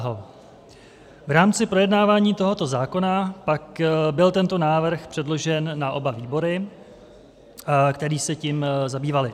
V rámci projednávání tohoto zákona pak byl tento návrh předložen na oba výbory, které se tím zabývaly.